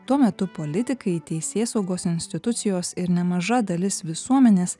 tuo metu politikai teisėsaugos institucijos ir nemaža dalis visuomenės